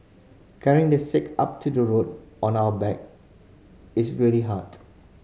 carrying the sick up to the road on our back is really hard